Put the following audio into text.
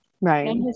Right